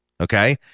okay